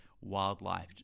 wildlife